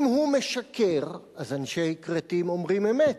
אם הוא משקר, אז אנשי כרתים אומרים אמת,